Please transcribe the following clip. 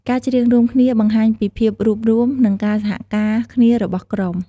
ការច្រៀងរួមគ្នាបង្ហាញពីភាពរួបរួម និងការសហការគ្នារបស់ក្រុម។